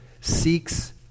seeks